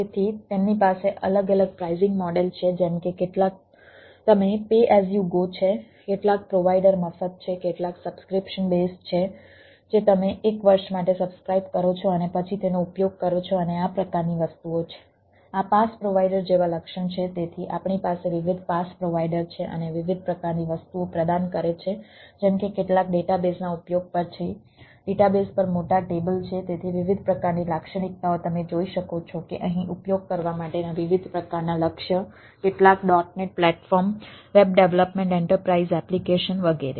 તેથી તેમની પાસે અલગ અલગ પ્રાઈઝિંગ મોડેલ છે જેમ કે કેટલાક તમે પે એઝ યુ ગો છે કેટલાક પ્રોવાઈડર મફત છે કેટલાક સબ્સ્ક્રિપ્શન બેઝ એપ્લિકેશન વગેરે